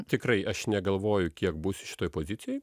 tikrai aš negalvoju kiek būsiu šitoj pozicijoj